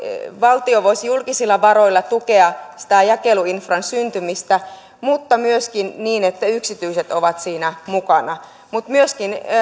valtio voisi julkisilla varoilla tukea sitä jakeluinfran syntymistä että myöskin niin että yksityiset ovat siinä mukana mutta